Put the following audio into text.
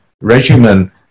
regimen